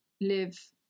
live